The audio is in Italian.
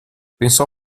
pensò